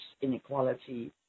inequality